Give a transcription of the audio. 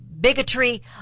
bigotry